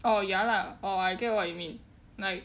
oh ya lah orh I get what you mean like